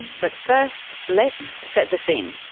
but first, let's set the scene.